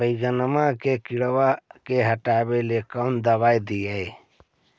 बैगनमा के किड़बा के हटाबे कौन दवाई दीए?